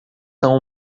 são